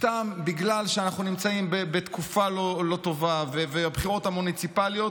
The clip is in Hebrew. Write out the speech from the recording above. סתם בגלל שאנחנו נמצאים בתקופה לא טובה והבחירות המוניציפליות,